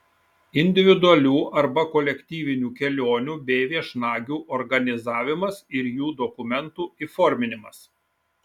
individualių arba kolektyvinių kelionių bei viešnagių organizavimas ir jų dokumentų įforminimas